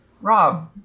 Rob